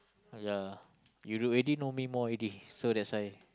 ya you already know me more already so that's why